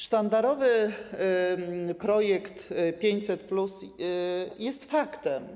Sztandarowy projekt 500+ jest faktem.